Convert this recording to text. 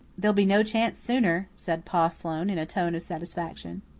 there'll be no chance sooner, said pa sloane in a tone of satisfaction.